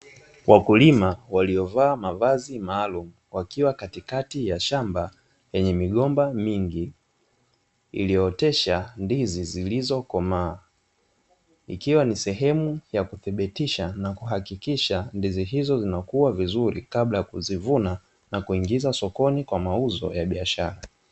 Wakulima waliovaa mavazi maalumu wakiwa katikati ya shamba yenye migomba mingi, iliyootesha ndizi zilizokomaa, ikiwa ni sehemu ya kuthibitisha na kuhakikisha ndizi hizo zinakua vizuri kabla ya kuzivuna na kuingiza sokoni kwa mauzo ya biashara.